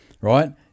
Right